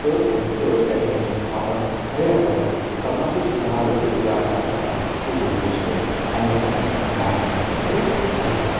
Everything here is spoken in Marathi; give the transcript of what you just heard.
तर आणि तरच त्या ठिकाणी आपण खऱ्या अर्थातून समाज सुधारक या पात्राला शोभून दिसतो अन्यतः नाही ओके धन्यवाद